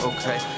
Okay